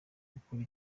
gukora